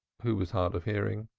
who was hard of hearing.